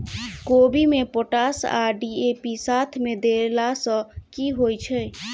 कोबी मे पोटाश आ डी.ए.पी साथ मे देला सऽ की होइ छै?